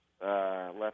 Left